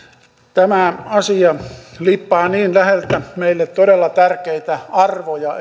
tämä asia liippaa niin läheltä meille todella tärkeitä arvoja